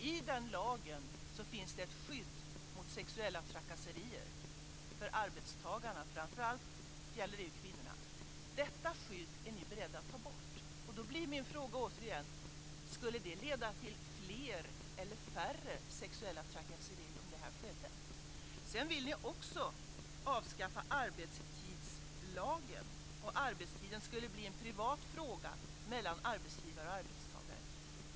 I den lagen finns det ett skydd mot sexuella trakasserier för arbetstagarna, och det gäller framför allt kvinnor. Detta skydd är ni beredda att ta bort. Då blir min fråga återigen: Skulle det leda till fler eller färre sexuella trakasserier? Sedan vill ni också avskaffa arbetstidslagen. Arbetstiden skulle regleras genom en privat överenskommelse mellan arbetsgivare och arbetstagare.